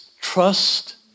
trust